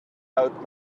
out